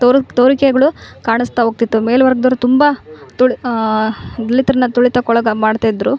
ತೋರಿಕೆ ತೋರಿಕೆಗಳು ಕಾಣಿಸ್ತಾ ಹೋಗ್ತಿತ್ತು ಮೇಲೆ ವರ್ಗದೋರು ತುಂಬ ತುಳ್ ದಲಿತ್ರನ್ನ ತುಳಿತಕ್ಕೆ ಒಳಗ ಮಾಡ್ತಿದ್ದರು